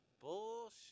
Bullshit